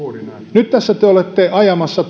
nyt tässä te te olette ajamassa